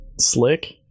slick